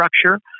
structure